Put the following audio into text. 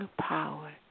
power